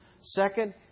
Second